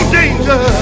danger